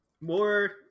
More